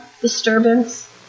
disturbance